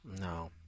No